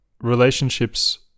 relationships